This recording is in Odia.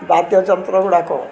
ବାଦ୍ୟଯନ୍ତ୍ର ଗୁଡ଼ାକ